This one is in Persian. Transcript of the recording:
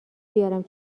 بیارم